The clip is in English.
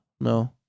No